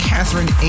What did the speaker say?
Catherine